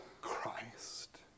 Christ